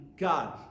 God